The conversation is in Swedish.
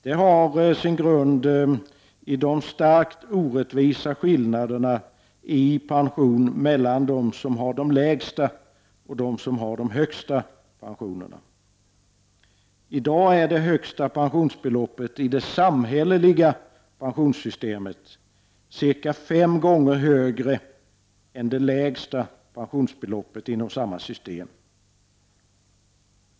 Det har sin grund i de starkt orättvisa skillnaderna i pension mellan dem som har de lägsta och dem som har de högsta pensionerna. I dag är det högsta pensionsbeloppet i det samhälleliga pensionssystemet cirka fem gånger högre än det lägsta pensionsbeloppet inom samma system.